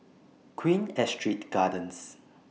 Queen Astrid Gardens